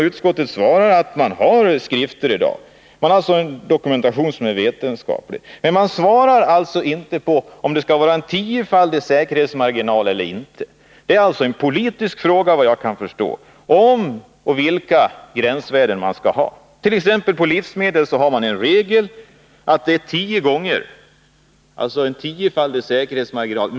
Utskottet säger nu att det i dag finns en dokumentation, men utskottet uttalar sig inte om huruvida det skall vara en tiofaldig säkerhetsmarginal eller inte. Det är tydligen en politisk fråga — om man skall ha några gränsvärden och hur de skall sättas. I fråga om livsmedel finns regler som säger att det skall vara minst en tiofaldig säkerhetsmarginal.